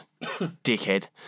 Dickhead